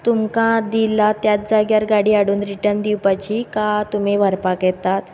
तुमकां दिल्या त्याच जाग्यार गाडी हाडून रिटर्न दिवपाची कांय तुमी व्हरपाक येतात